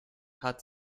hat